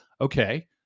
okay